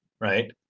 right